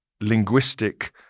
linguistic